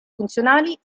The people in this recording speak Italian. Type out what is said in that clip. funzionali